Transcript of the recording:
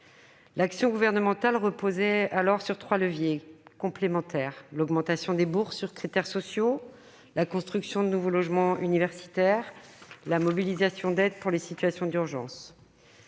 L'action gouvernementale reposait alors sur trois leviers complémentaires : l'augmentation des bourses sur critères sociaux, la construction de nouveaux logements universitaires et la mobilisation d'aides pour les situations d'urgence.